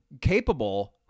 capable